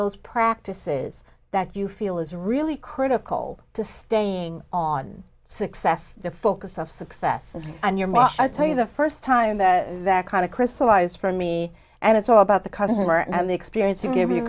those practices that you feel is really critical to staying on success the focus of success and your marketing the first time that that kind of crystallized for me and it's all about the customer and the experience you give you